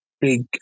big